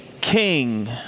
King